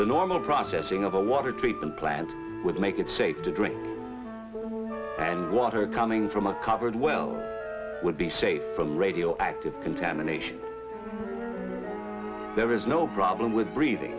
the normal processing of a water treatment plant would make it safe to drink and water coming from a covered well would be safe from radioactive contamination there is no problem with breathing